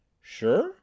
Sure